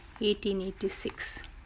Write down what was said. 1886